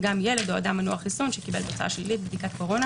גם ילד או אדם מנוע חיסון שקיבל תוצאה שלילית בבדיקת קורונה